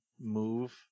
move